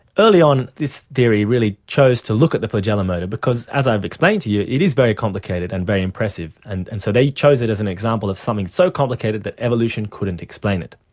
early on, this theory really chose to look at the flagellar motor because, as i've explained to you, it is very complicated and very impressive, and and so they chose it as an example of something so complicated that evolution couldn't explain it.